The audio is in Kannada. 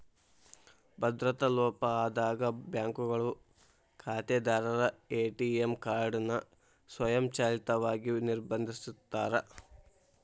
ಭದ್ರತಾ ಲೋಪ ಆದಾಗ ಬ್ಯಾಂಕ್ಗಳು ಖಾತೆದಾರರ ಎ.ಟಿ.ಎಂ ಕಾರ್ಡ್ ನ ಸ್ವಯಂಚಾಲಿತವಾಗಿ ನಿರ್ಬಂಧಿಸಿರ್ತಾರ